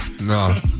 No